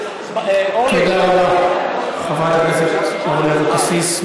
חברת הכנסת אורלי לוי אבקסיס.